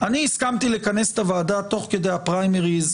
אני הסכמתי לכנס את הוועדה תוך כדי הפריימריז,